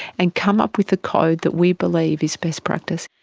and come up with a code that we believe is best practice.